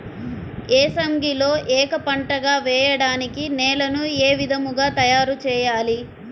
ఏసంగిలో ఏక పంటగ వెయడానికి నేలను ఏ విధముగా తయారుచేయాలి?